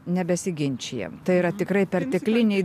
nebesiginčijam tai yra tikrai pertekliniai